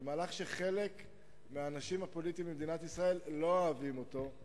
זה מהלך שחלק מהאנשים הפוליטיים במדינת ישראל לא אוהבים אותו,